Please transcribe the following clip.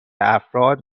افراد